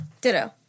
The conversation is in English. Ditto